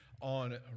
on